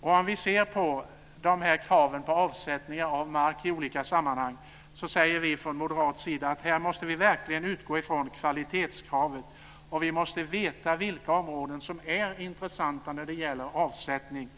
Om vi ser på de här kraven på avsättningar av mark i olika sammanhang säger vi från moderat sida att vi här verkligen måste utgå från kvalitetskravet. Vi måste veta vilka områden som är intressanta när det gäller avsättning.